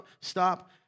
stop